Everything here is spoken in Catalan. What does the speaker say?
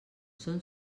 són